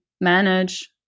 manage